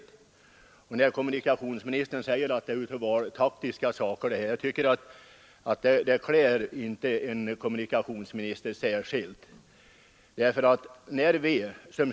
Det klär inte en kommunikationsminister särskilt väl att säga att det ligger valtaktiska skäl bakom denna motion.